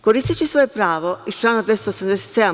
Koristeći svoje pravo iz člana 277.